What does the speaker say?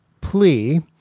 plea